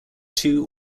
two